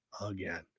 again